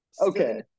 okay